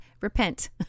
repent